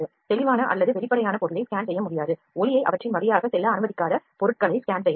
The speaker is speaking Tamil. தெளிவான அல்லது வெளிப்படையான பொருளை ஸ்கேன் செய்ய முடியாது ஒளியை அவற்றின் வழியாக செல்ல அனுமதிக்காத பொருட்களை ஸ்கேன் செய்யலாம்